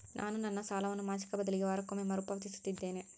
ನಾನು ನನ್ನ ಸಾಲವನ್ನು ಮಾಸಿಕ ಬದಲಿಗೆ ವಾರಕ್ಕೊಮ್ಮೆ ಮರುಪಾವತಿಸುತ್ತಿದ್ದೇನೆ